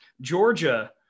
Georgia